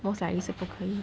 most likely 是不可以